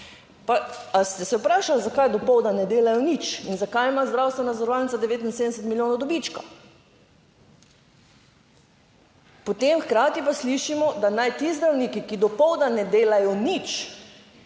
Pa ali ste se vprašali, zakaj dopoldan ne delajo nič in zakaj ima zdravstvena zavarovalnica 79 milijonov dobička? Potem hkrati pa slišimo, da naj ti zdravniki, ki dopoldan ne delajo nič,